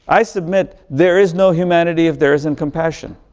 i submit, there is no humanity if there isn't compassion.